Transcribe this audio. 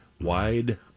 Wide